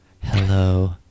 Hello